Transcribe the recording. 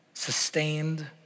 Sustained